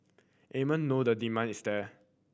Amen know the demand is there